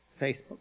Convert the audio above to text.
Facebook